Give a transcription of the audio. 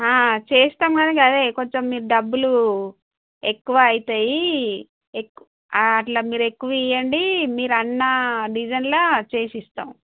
చేస్తాం కానీ అదే కొంచెం మీరు డబ్బులు ఎక్కువ అవుతాయి ఎక్ అట్లా మీరు ఎక్కువ ఇవ్వండి మీరు అన్నా డిజైన్లో చేసిస్తాం